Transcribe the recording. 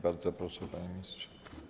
Bardzo proszę, panie ministrze.